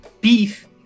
beef